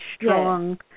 strong